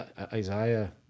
Isaiah